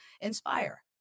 inspire